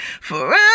forever